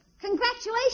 Congratulations